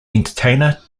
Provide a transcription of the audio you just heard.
entertainer